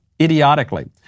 idiotically